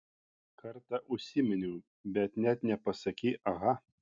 kartą užsiminiau bet net nepasakei aha